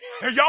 y'all